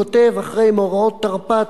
כותב אחרי מאורעות תרפ"ט,